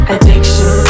Addiction